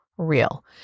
real